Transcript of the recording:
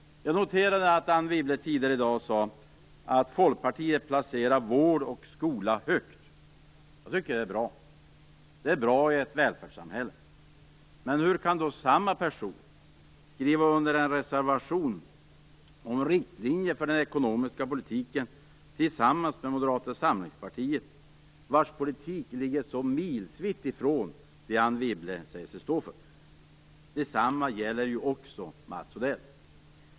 Jag noterade att Anne Wibble tidigare i dag sade att Folkpartiet placerar vård och skola högt. Det tycker jag är bra. Det är bra att det är så i ett välfärdssamhälle. Men hur kan då samma person, tillsammans med Moderata samlingspartiet, vars politik ligger mil ifrån det som Anne Wibble säger sig stå för, ställa sig bakom en reservation om riktlinjer för den ekonomiska politiken? Detsamma gäller Mats Odell.